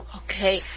okay